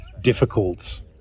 difficult